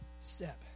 step